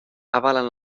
avalen